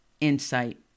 insight